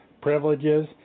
privileges